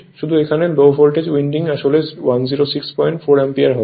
শুধু এখানে low voltage winding আসলে 1064 অ্যামপিয়ার হবে